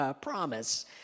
promise